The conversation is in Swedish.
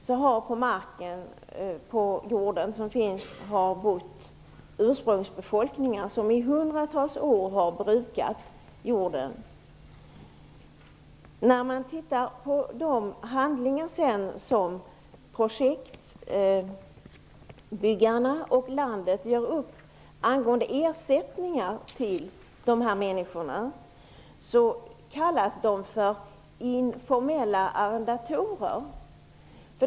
På den därav berörda marken har det ofta bott ursprungsbefolkningar som har brukat jorden i hundratals år. När man ser på de handlingar som dammbyggarna och projektlandet gör upp angående ersättningar till de människorna finner man att dessa kallas informella arrendatorer.